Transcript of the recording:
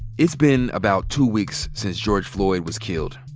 it's been about two weeks since george floyd was killed,